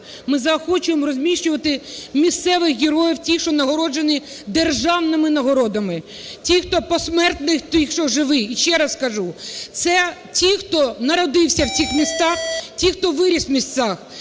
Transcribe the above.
ми заохочуємо розміщувати місцевих героїв, ті, що нагороджені державними нагородами, тих, хто посмертно, і тих, хто живі. Ще раз кажу, це ті, хто народився в тих містах, ті, хто виріс в містах.